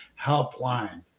helpline